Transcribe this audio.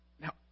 Now